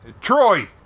Troy